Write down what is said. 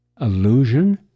illusion